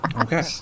Okay